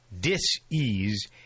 dis-ease